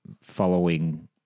following